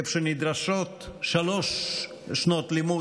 איפה שנדרשות שלוש שנות לימוד,